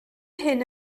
hyn